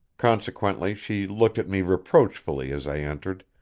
consequently she looked at me reproachfully as i entered,